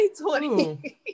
2020